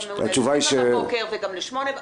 -- גם ל- 7:00 או ל-8:00 בבוקר.